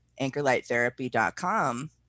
anchorlighttherapy.com